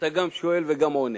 שאתה גם שואל וגם עונה.